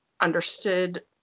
understood